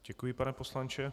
Děkuji, pane poslanče.